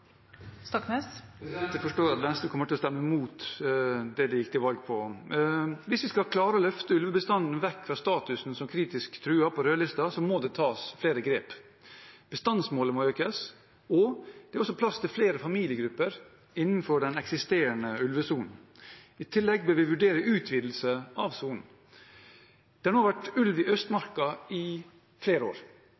Jeg forstår at Venstre kommer til å stemme imot det de gikk til valg på. Hvis vi skal klare å løfte ulvebestanden vekk fra statusen som «kritisk truet» på rødlisten, må det tas flere grep. Bestandsmålet må økes, og det er også plass til flere familiegrupper innenfor den eksisterende ulvesonen. I tillegg bør vi vurdere utvidelse av sonen. Det har nå vært ulv i